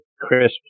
crisp